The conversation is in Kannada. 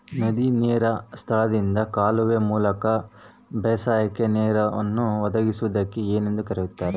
ನದಿಯ ನೇರಿನ ಸ್ಥಳದಿಂದ ಕಾಲುವೆಯ ಮೂಲಕ ಬೇಸಾಯಕ್ಕೆ ನೇರನ್ನು ಒದಗಿಸುವುದಕ್ಕೆ ಏನೆಂದು ಕರೆಯುತ್ತಾರೆ?